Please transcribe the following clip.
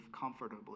comfortably